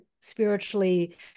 spiritually